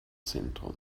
zentrum